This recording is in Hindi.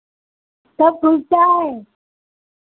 कब खुलता है